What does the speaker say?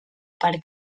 per